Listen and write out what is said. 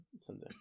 Someday